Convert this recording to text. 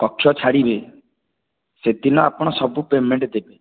କକ୍ଷ ଛାଡ଼ିବେ ସେଦିନ ଆପଣ ସବୁ ପେମେଣ୍ଟ ଦେବେ